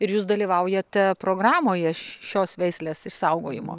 ir jūs dalyvaujate programoje šios veislės išsaugojimo